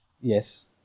Yes